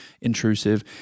intrusive